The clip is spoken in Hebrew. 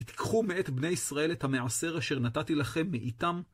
תיקחו מעת בני ישראל את המעשר אשר נתתי לכם מאיתם.